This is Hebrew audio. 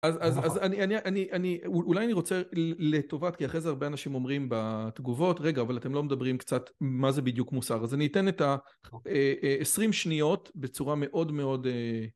אז אולי אני רוצה לטובת כי אחרי זה הרבה אנשים אומרים בתגובות רגע אבל אתם לא מדברים קצת מה זה בדיוק מוסר אז אני אתן את העשרים שניות בצורה מאוד מאוד